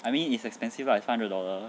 I mean it's expensive lah it's five hundred dollar